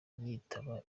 bitaba